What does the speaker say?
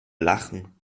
lachen